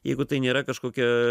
jeigu tai nėra kažkokia